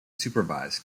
supervise